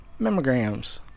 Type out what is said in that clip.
mammograms